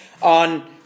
on